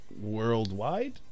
worldwide